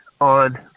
on